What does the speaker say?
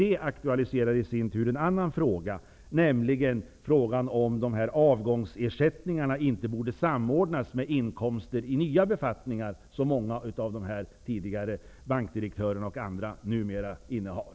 Det aktualiserar i sin tur en annan fråga, nämligen frågan om inte avgångsersättningarna borde samordnas med inkomster i nya befattningar, som många av de tidigare bankdirektörerna och andra numera innehar.